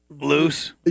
Loose